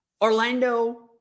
Orlando